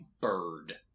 bird